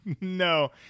No